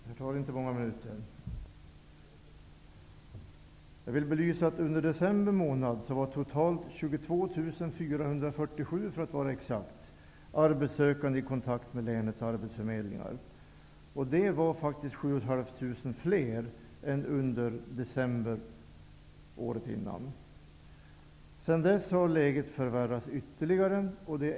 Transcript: Det tar inte många minuter. arbetssökande i kontakt med länets arbetsförmedlingar. Det är faktiskt 7 469 fler än under december året före. Sedan dess har läget förvärrats ytterligare.